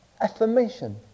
affirmation